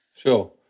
Sure